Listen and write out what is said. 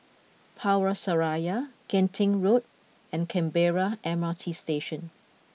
Power Seraya Genting Road and Canberra M R T Station